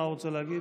מה הוא רוצה להגיד?